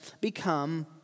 become